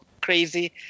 crazy